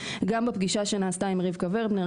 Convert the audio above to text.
גם בפגישה שנעשתה עם רבקה ורנר,